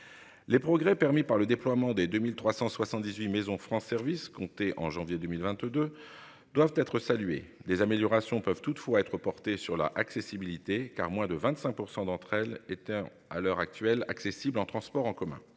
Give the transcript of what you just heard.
Les progrès permis par le déploiement des 2378 maison France Service compter en janvier 2022 doivent être salué des améliorations peuvent toutefois être sur la accessibilité car moins de 25% d'entre elles étaient à l'heure actuelle accessible en transports en commun.